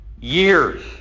years